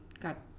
got